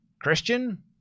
Christian